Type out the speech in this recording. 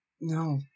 no